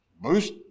boost